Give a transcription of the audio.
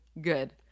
good